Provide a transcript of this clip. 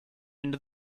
into